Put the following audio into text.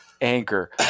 anchor